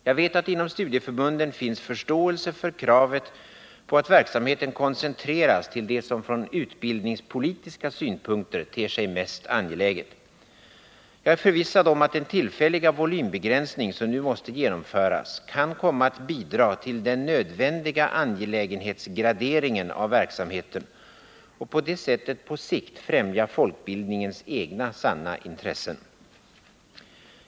Jag vet att det inom studieförbunden finns förståelse för kravet på att verksamheten koncentreras till det som från utbildningspolitiska synpunkter ter sig mest angeläget. Jag är förvissad om att den tillfälliga volymbegränsning som nu måste genomföras kan komma att bidra till den nödvändiga angelägenhetsgraderingen av verksamheten och på det sättet på sikt främja folkbildningens egna sanna intressen.